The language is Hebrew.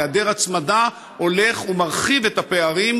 והיעדר ההצמדה הולך ומרחיב את הפערים